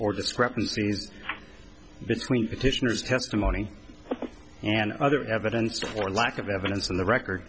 or discrepancies between petitioners testimony and other evidence or lack of evidence in the record